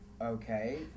Okay